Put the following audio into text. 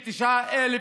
בנייה.